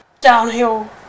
downhill